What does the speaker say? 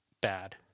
bad